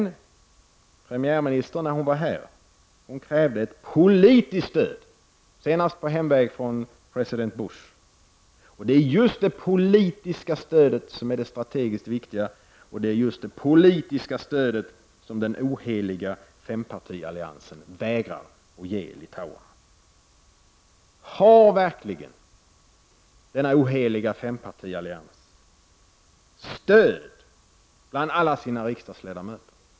Premiärministern krävde ett politiskt stöd, senast på hemväg från president Bush. Och det är just det politiska stödet som är det strategiskt viktiga, och det är just det som den oheliga fempartialliansen vägrar att ge litauerna. Har verkligen denna oheliga fempartiallians stöd bland alla sina riksdagsledamöter?